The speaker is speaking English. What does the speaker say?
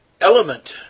element